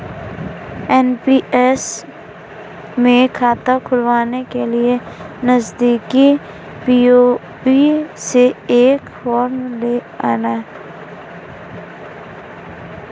NPS में खाता खुलवाने के लिए नजदीकी पी.ओ.पी से एक फॉर्म ले आना